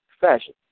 fashion